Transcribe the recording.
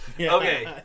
Okay